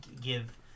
give